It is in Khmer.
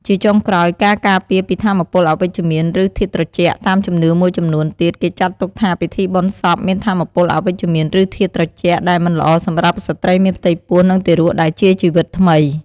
ជាចុងក្រោយ ការការពារពីថាមពលអវិជ្ជមាន ឬធាតុត្រជាក់ តាមជំនឿមួយចំនួនទៀត គេចាត់ទុកថាពិធីបុណ្យសពមានថាមពលអវិជ្ជមាន ឬធាតុត្រជាក់ ដែលមិនល្អសម្រាប់ស្ត្រីមានផ្ទៃពោះ និងទារកដែលជាជីវិតថ្មី។